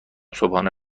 صبحانه